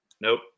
Nope